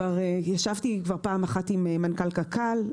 כבר ישבתי פעם אחת עם מנכ"ל קק"ל.